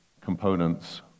components